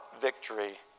victory